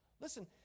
Listen